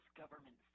government